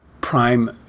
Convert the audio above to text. prime